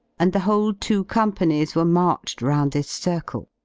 and the whole two companies were marched round this circle.